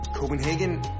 Copenhagen